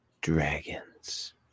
dragons